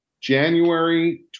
January